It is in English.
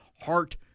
heart